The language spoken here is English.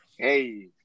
Hey